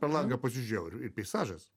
per langą pasižiūrėjau ir peizažas